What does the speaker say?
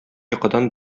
йокыдан